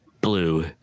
blue